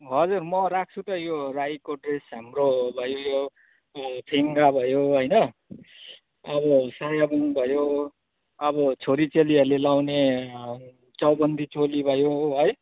हजुर म राख्छु त यो राईको ड्रेस हाम्रो भयो फेङ्गा भयो होइन अब सायाबुङ भयो अब छोरीचेलीहरूले लगाउने चौबन्दी चोली भयो है